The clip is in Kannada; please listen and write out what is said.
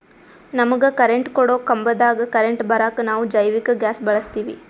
ನಮಗ ಕರೆಂಟ್ ಕೊಡೊ ಕಂಬದಾಗ್ ಕರೆಂಟ್ ಬರಾಕ್ ನಾವ್ ಜೈವಿಕ್ ಗ್ಯಾಸ್ ಬಳಸ್ತೀವಿ